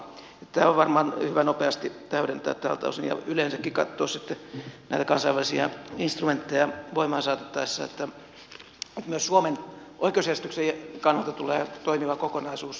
tämä on varmaan hyvä nopeasti täydentää tältä osin ja yleensäkin katsoa sitten näitä kansainvälisiä instrumentteja voimaan saatettaessa että myös suomen oikeusjärjestyksen kannalta tulee toimiva kokonaisuus